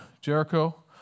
Jericho